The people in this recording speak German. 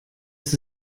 ist